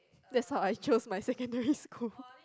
that's why I choose my secondary school